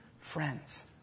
friends